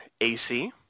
AC